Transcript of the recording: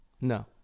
no